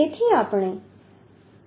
75 છે